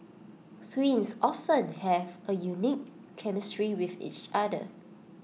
twins often have A unique chemistry with each other